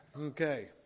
Okay